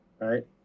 Right